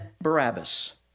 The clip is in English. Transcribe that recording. Barabbas